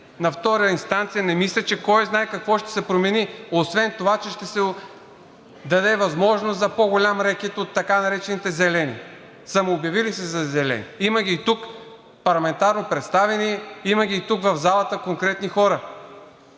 На втора инстанция не мисля, че кой знае какво ще се промени освен това, че ще се даде възможност за по голям рекет от така наречените зелени, самообявили се зелени. Има ги и тук, парламентарно представени, има ги и тук, в залата, конкретни хора.